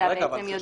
ואתה לא יודע